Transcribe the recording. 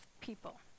people